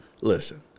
Listen